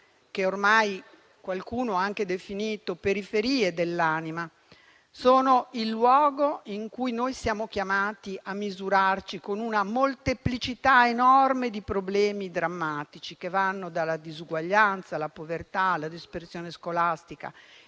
che ormai qualcuno ha anche definito periferie dell'anima, sono il luogo in cui noi siamo chiamati a misurarci con una molteplicità enorme di problemi drammatici che vanno dalla disuguaglianza alla povertà, dalla dispersione scolastica